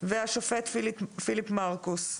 והשופט פיליפ מרכוס.